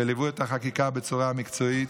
שליוו את החקיקה בצורה מקצועית,